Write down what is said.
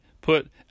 put